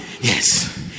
Yes